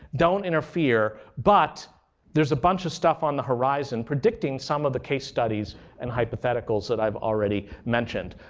don't interfere. but there's a bunch of stuff on the horizon predicting some of the case studies and hypotheticals that i've already mentioned.